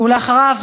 ואחריו,